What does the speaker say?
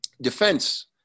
Defense